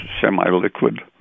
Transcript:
semi-liquid